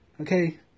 Okay